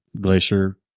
glacier